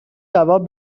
جواب